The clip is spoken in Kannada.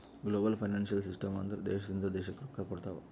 ಗ್ಲೋಬಲ್ ಫೈನಾನ್ಸಿಯಲ್ ಸಿಸ್ಟಮ್ ಅಂದುರ್ ದೇಶದಿಂದ್ ದೇಶಕ್ಕ್ ರೊಕ್ಕಾ ಕೊಡ್ತಾವ್